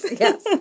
Yes